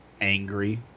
angry